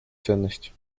ценность